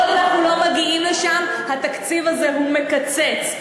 כל עוד אנחנו לא מגיעים לשם התקציב הזה הוא מקצץ.